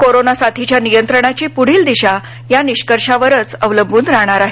corona साथीच्या नियंत्रणाची पुढील दिशा या निष्कर्षावरच अवलंबून राहणार आहे